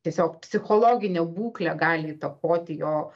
tiesiog psichologinė būklė gali įtakoti jo